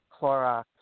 Clorox